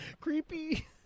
creepy